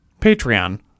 Patreon